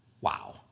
Wow